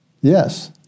Yes